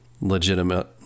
legitimate